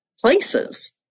places